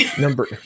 number